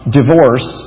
divorce